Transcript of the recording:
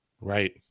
Right